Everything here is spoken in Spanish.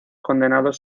condenados